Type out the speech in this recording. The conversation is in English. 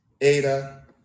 Ada